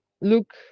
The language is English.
look